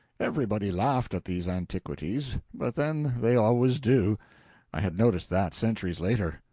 everybody laughed at these antiquities but then they always do i had noticed that, centuries later.